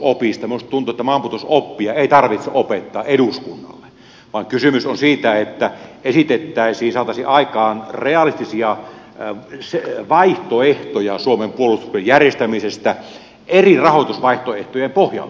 minusta tuntuu että maanpuolustusoppia ei tarvitse opettaa eduskunnalle vaan kysymys on siitä että esitettäisiin saataisiin aikaan realistisia vaihtoehtoja suomen puolustuksen järjestämisestä eri rahoitusvaihtoehtojen pohjalta